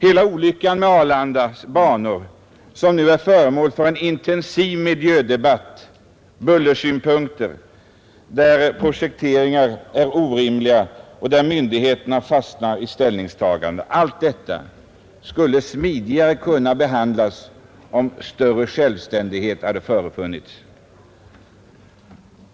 Se på olyckan med Arlandas banor, som nu är föremål för en intensiv miljödebatt ur bullersynpunkter, där projekteringar är orimliga och där myndigheterna fastnar i ställningstagandena. Allt detta skulle kunnat behandlas smidigare om större självständighet hade förefunnits.